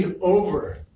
over